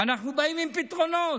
ואנחנו באים עם פתרונות.